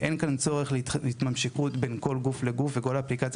אין כאן צורך בהתממשקות בין כל גוף וגוף שכל אפליקציה